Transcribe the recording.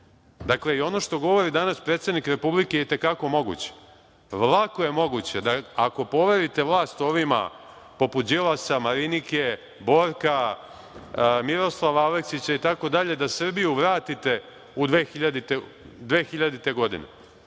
moguće. Dakle, i ono što govori danas predsednik Republike je i te kako moguće. Lako je moguće da ako poverite vlast ovima poput Đilasa, Marinike, Borka, Miroslava Aleksića itd. da Srbiju vratite u 2000-e godine. Gde